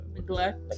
neglect